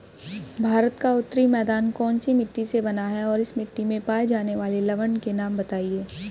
भारत का उत्तरी मैदान कौनसी मिट्टी से बना है और इस मिट्टी में पाए जाने वाले लवण के नाम बताइए?